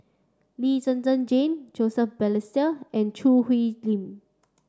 Lee Zhen Zhen Jane Joseph Balestier and Choo Hwee Lim